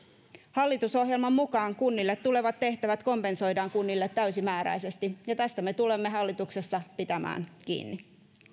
hallitusohjelman mukaan kunnille tulevat tehtävät kompensoidaan kunnille täysimääräisesti ja tästä me tulemme hallituksessa pitämään kiinni